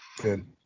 Good